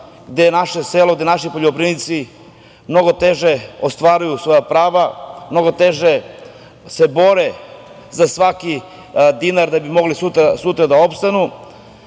gde naše selo, naši poljoprivrednici mnogo teže ostvaruju svoja prava, mnogo teže se bore za svaki dinar da bi mogli sutra da opstanu,